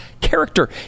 character